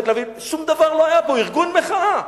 שום דבר לא היה בו, ארגון מחאה.